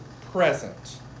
present